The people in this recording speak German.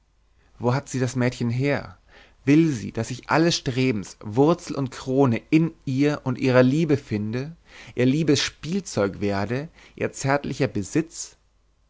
wo hat sie das märchen her will sie daß ich alles strebens wurzel und krone in ihr und ihrer liebe finde ihr liebes spielzeug werde ihr zärtlicher besitz